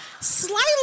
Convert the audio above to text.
slightly